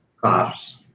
cars